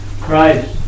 Christ